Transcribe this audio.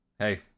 Hey